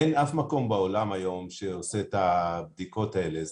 אין אף מקום בעולם היום שעושה את הבדיקות האלה.